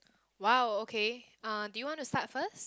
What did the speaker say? !wow! okay uh do you want to start first